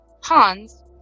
Hans